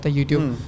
YouTube